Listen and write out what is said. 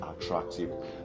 attractive